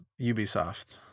Ubisoft